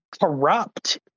corrupt